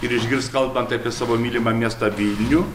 ir išgirst kalbant apie savo mylimą miestą vilnių